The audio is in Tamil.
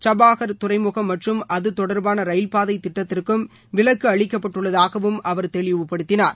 ஜப்பார் துறைமுகம் மற்றும் அது தொடர்பாள ரயில்பாதை திட்டத்திற்கும் விலக்கு அளிக்கப்பட்டுள்ளதாகவும் அவர் தெளிவுப்படுத்தினார்